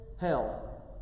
hell